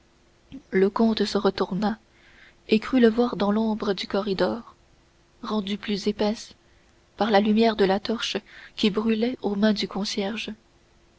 le comte se retourna et crut le voir dans l'ombre du corridor rendue plus épaisse par la lumière de la torche qui brûlait aux mains du concierge